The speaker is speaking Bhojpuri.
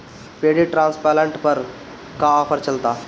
पैडी ट्रांसप्लांटर पर का आफर चलता?